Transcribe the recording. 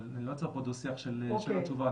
אבל אני לא אצור פה דו שיח של שאלה תשובה,